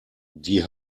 die